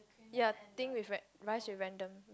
ya thing with rice with random